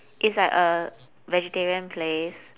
it's like a vegetarian place